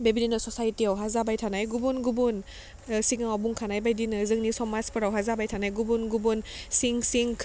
बेबायदिनो ससाइटियावहा जाबाय थानाय गुबुन गुबुन सिगाङाव बुंखानाय बायदिनो जोंनि समाजफोरावहा जाबाय थानाय गुबुन गुबुन सिं सिं